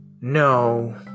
No